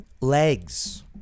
Legs